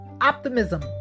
Optimism